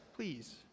Please